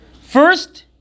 First